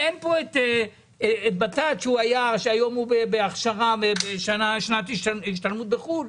לא נמצא כאן בטאט שהיום הוא בהשתלמות בחוץ לארץ.